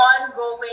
ongoing